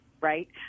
right